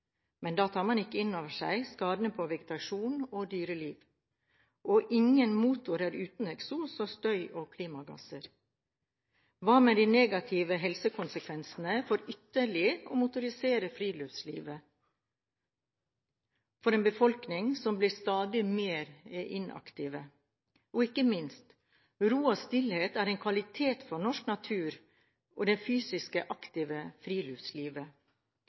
Men da tar man ikke inn over seg skadene på vegetasjon og dyreliv. Ingen motor er uten eksos, støy og klimagasser. Hva med de negative helsekonsekvensene av ytterligere å motorisere friluftslivet for en befolkning som blir stadig mer inaktiv? Og – ikke minst: Ro og stillhet er en kvalitet for norsk natur og det fysisk aktive friluftslivet.